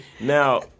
Now